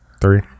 Three